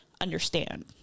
understand